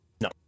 No